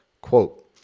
Quote